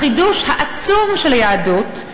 החידוש העצום של היהדות,